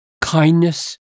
kindness